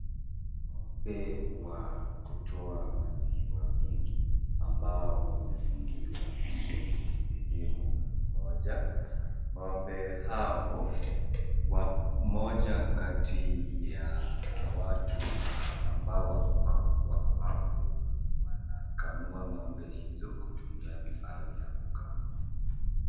Ng'ombe wa kutoa maziwa mengi ambao wamefungiwa kwenye sehemu moja, ng'ombe hao mmoja kati ya watu ambao wako hapo wanakamua ngombe hawa kutumia vifaa vya kukama.